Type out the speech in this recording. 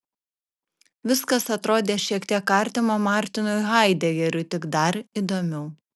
viskas atrodė šiek tiek artima martinui haidegeriui tik dar įdomiau